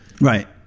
Right